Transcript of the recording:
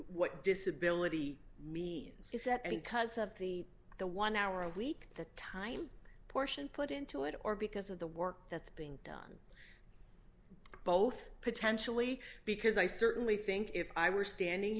what disability means is that and because of the the one hour a week the tiny portion put into it or because of the work that's being done both potentially because i certainly think if i were standing